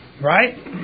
right